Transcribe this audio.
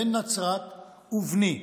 בן נצרת ובני".